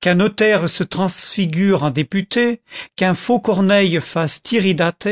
qu'un notaire se transfigure en député qu'un faux corneille fasse tiridate